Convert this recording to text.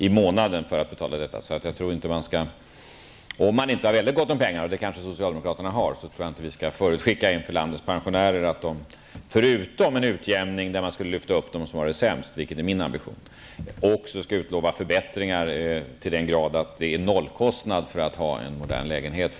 i månaden. Om man inte har mycket gott om pengar - det har kanske socialdemokraterna -- tror jag inte att man skall förutskicka till landets pensionärer att man förutom att man tänker genomföra en utjämning som lyfter upp dem som har det sämst, vilket är min ambition, också utlovar förbättringar som innebär att det blir en nollkostnad att ha en modern lägenhet.